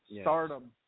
Stardom